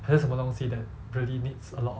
还是什么东西 that really needs a lot of